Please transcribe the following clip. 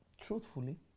truthfully